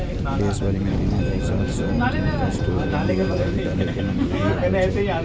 देश भरि मे तीन हजार सात सय तीन कस्तुरबा गांधी बालिका विद्यालय कें मंजूरी भेटल छै